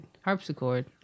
Harpsichord